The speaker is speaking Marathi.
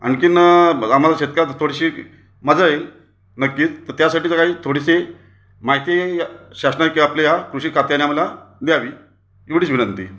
आणखी आम्हाला शेतकऱ्याला थोडीशी मजा येईल नक्कीच तर त्यासाठी जर काही थोडीशी माहिती या शासनाने किवा आपल्या या कृषी खात्याने आम्हाला द्यावी एवढीच विनंती